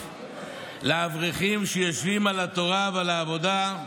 לאברכים שיושבים על התורה ועל העבודה,